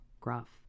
gruff